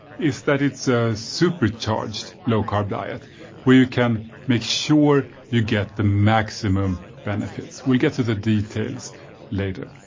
is that it's a supercharged low-carb diet where you can make sure you get the maximum benefits. we'll get to the details later.